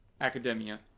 academia